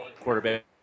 quarterback